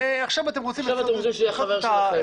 ועכשיו אתם רוצים --- ועכשיו אתם רוצים שהוא יהיה חבר שלכם.